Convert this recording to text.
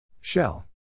Shell